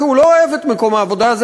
כי הוא לא אוהב את מקום העבודה הזה